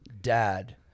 Dad